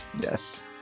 Yes